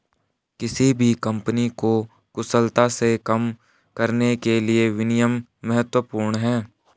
किसी भी कंपनी को कुशलता से काम करने के लिए विनियम महत्वपूर्ण हैं